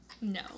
No